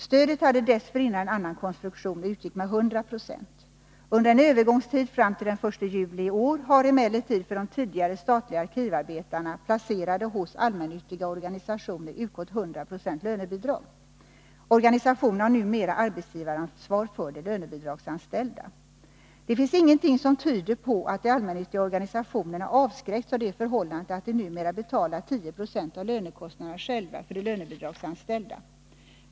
Stödet hade dessförinnan en annan konstruktion och utgick med 100 26. Under en övergångstid fram till den 1 juli i år har emellertid för de tidigare statliga arkivarbetarna, placerade hos allmännyttiga organisationer, utgått 100 96 lönebidrag. Organisationerna har numera arbetsgivaransvar för de lönebidragsanställda. Det finns ingenting som tyder på att de allmännyttiga organisationerna avskräckts av det förhållandet att de numera betalar 10 20 av lönekostnaderna själva för de lönebidragsanställda.